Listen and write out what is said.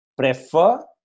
prefer